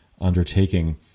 undertaking